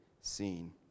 seen